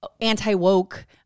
anti-woke